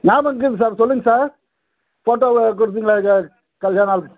ஞாபகம் இருக்குது சார் சொல்லுங்கள் சார் ஃபோட்டவை குடுத்தீங்களே கல்யாண ஆல்